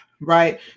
right